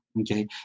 Okay